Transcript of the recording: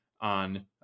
on